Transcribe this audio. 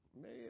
man